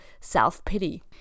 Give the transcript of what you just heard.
self-pity